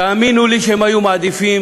תאמינו לי שהם היו מעדיפים